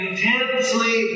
intensely